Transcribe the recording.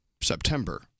September